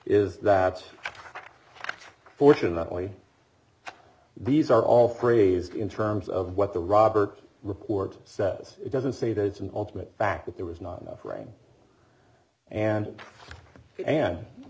is that fortunately these are all phrased in terms of what the robert report says it doesn't say that it's an ultimate fact that there was not enough rain and and